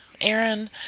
Aaron